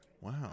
Wow